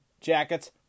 Jackets